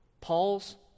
Paul's